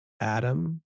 Adam